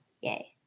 yay